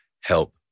help